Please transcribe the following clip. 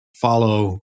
follow